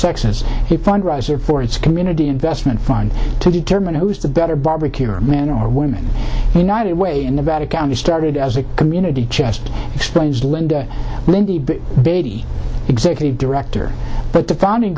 sexes he fundraiser for its community investment fund to determine who's the better barbecue or a man or woman united way in about a county started as a community chest explains linda linda beatty executive director but the founding